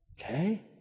Okay